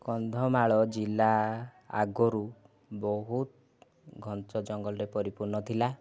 କନ୍ଧମାଳ ଜିଲ୍ଲା ଆଗରୁ ବହୁତ ଘଞ୍ଚ ଜଙ୍ଗଲରେ ପରିପୂର୍ଣ୍ଣ ଥିଲା